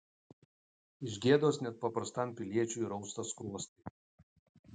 iš gėdos net paprastam piliečiui rausta skruostai